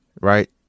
right